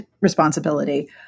responsibility